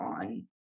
on